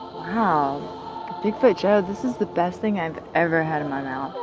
wow bigfoot joe, this is the best thing i've ever had in my mouth.